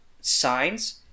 signs